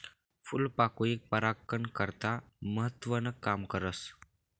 फूलपाकोई परागकन करता महत्वनं काम करस